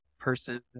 person